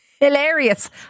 hilarious